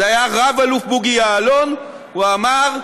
וזה היה רב-אלוף בוגי יעלון, והוא אמר: